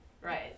right